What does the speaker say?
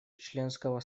членского